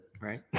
right